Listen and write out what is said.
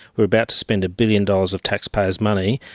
we're about to spend a billion dollars of taxpayer's money.